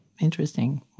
Interesting